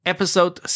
Episode